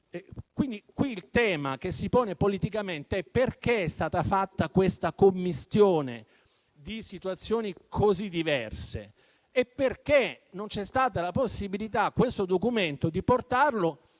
questo caso, il tema che si pone politicamente è perché è stata fatta questa commistione di situazioni così diverse e perché non c'è stata la possibilità di portare